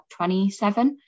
27